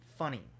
funny